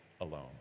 alone